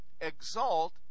exalt